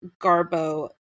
Garbo